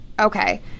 okay